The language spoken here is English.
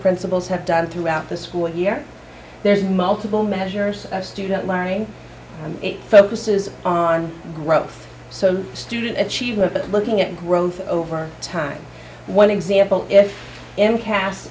principals have done throughout the school year there's multiple measures of student learning it focuses on growth so student achievement but looking at growth over time one example if any cast